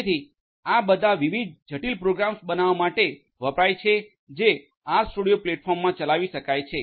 તેથી આ બધા વિવિધ જટિલ પ્રોગ્રામ્સ બનાવવા માટે વપરાય છે જે આ આરસ્ટુડિયો પ્લેટફોર્મમાં ચલાવી શકાય છે